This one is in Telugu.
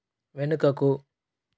వెనుకకు